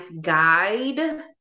guide